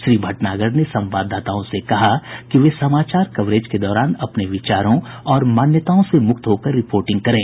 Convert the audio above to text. श्री भटनागर ने संवाददाताओं से कहा कि वे समाचार कवरेज के दौरान अपने विचारों और मान्यताओं से मुक्त होकर रिपोर्टिंग करें